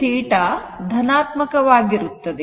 θ ಧನಾತ್ಮಕವಾಗಿರುತ್ತದೆ